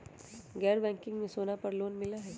गैर बैंकिंग में सोना पर लोन मिलहई?